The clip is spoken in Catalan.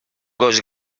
gos